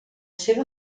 seva